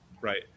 Right